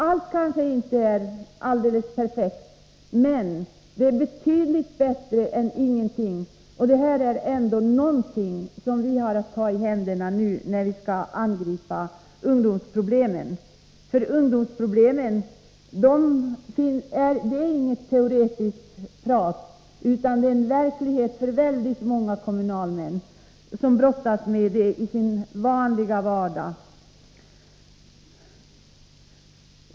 Allt kanske inte är alldeles perfekt, men det är betydligt bättre än ingenting. Ungdomslagen är ändå någonting att ha i händerna när vi skall angripa ungdomsproblemen. Ungdomsproblemen är inget teoretiskt prat utan de tillhör verkligheten för väldigt många kommunalmän som brottas med dem i sin vanliga vardag.